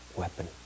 weapon